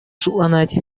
шутланать